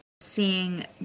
seeing